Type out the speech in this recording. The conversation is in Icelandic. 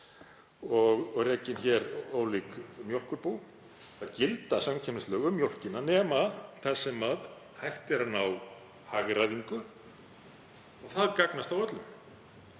og rekin hér ólík mjólkurbú. Það gilda samkeppnislög um mjólkina nema þar sem hægt er að ná hagræðingu og það gagnast öllum.